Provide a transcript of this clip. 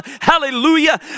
Hallelujah